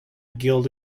guild